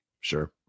Sure